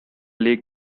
lake